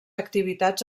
activitats